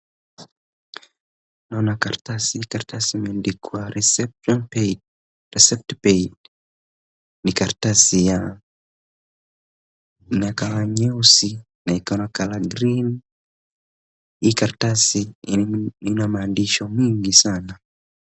Naona karatasi. Hii karatasi imeandikwa 'reception paid' , 'receipt paid' . Ni karatasi ya, ni color nyeusi na iko na 'color green' . Hii karatasi ina maandisho mengi sana.